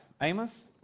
Amos